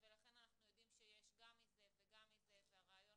ולכן אנחנו יודעים שיש גם מזה וגם מזה והרעיון